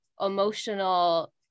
emotional